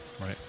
right